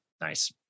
nice